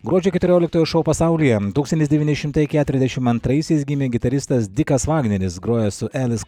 gruodžio keturioliktoji šou pasaulyje tūkstantis devyni šimtai keturiasdešim antraisiais gimė gitaristas dikas vagneris grojęs su elis